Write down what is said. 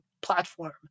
platform